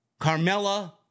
Carmella